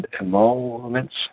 emoluments